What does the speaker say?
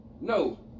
No